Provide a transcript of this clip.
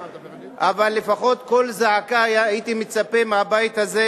אבל לפחות קול זעקה הייתי מצפה מהבית הזה,